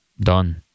Done